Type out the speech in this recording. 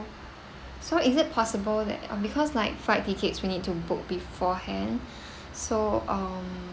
so is it possible that uh because like flight tickets we need to book beforehand so um